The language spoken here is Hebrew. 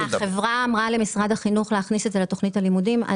החברה אמרה למשרד החינוך להכניס את זה לתכנית הלימודים?